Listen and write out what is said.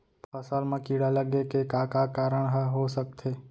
फसल म कीड़ा लगे के का का कारण ह हो सकथे?